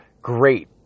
great